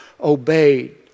obeyed